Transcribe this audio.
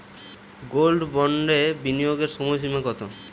Gold বন্ডে বিনিয়োগের সময়সীমা কতো?